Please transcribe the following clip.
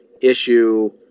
issue